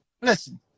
listen